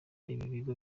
ibigo